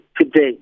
today